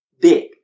big